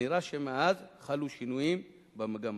נראה שמאז חלו שינויים במגמה.